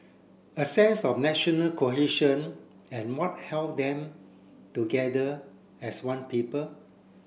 a sense of national cohesion and what held them together as one people